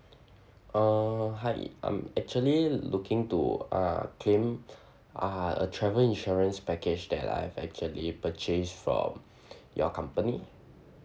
uh hi I'm actually looking to uh claim ah a travel insurance package that I've actually purchased from your company